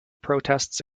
protests